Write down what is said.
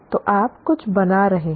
तो आप कुछ बना रहे हैं